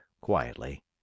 quietly